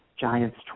Giants